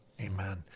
Amen